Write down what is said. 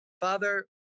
Father